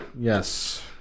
Yes